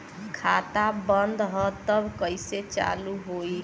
खाता बंद ह तब कईसे चालू होई?